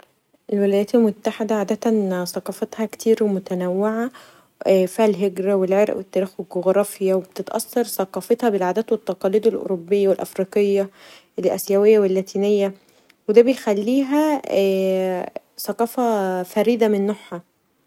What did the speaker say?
الولايات المتحده عادتا ثقافتها كتير ومتنوعه فيها الهجره و العرقو التاريخ و الجغرافيا و بتتأثر ثقافتها بالعادات و التقاليد الاوروبيه والافريقيه الاسيويه و الاتينيه و دا بيخليها ثقافه فريده من نوعها.